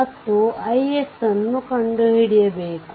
ಮತ್ತು ix ನ್ನು ಕಂಡುಹಿಡಿಯಬೇಕು